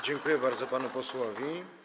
Dziękuję bardzo panu posłowi.